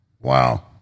Wow